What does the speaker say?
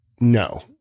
no